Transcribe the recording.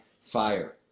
fire